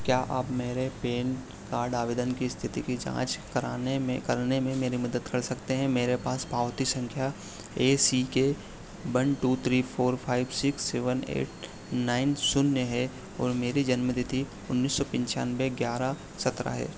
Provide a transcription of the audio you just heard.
क्या आप मेरे पेन कार्ड आवेदन की इस्थिति की जाँच कराने में करने में मेरी मदद कर सकते हैं मेरे पास पावती संख्या ACK one two three four five six seven eight nine शून्य है और मेरी जन्म तिथि उन्नीस सो पिन्चान क्या आप मेरे पैन कार्ड आवेदन की इस्थिति की जाँच कराने में करने में मेरी मदद कर सकते हैं मेरे पास पावती सँख्या A C K one to three four five six seven eight nine शून्य है और मेरी जन्मतिथि उन्नीस सौ पनचानवे ग्यारह सतरह है बे ग्यारा सत्रा है